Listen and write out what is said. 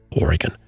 Oregon